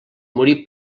morí